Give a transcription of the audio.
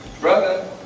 brother